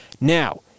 Now